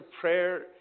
prayer